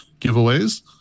giveaways